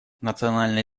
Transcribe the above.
национальная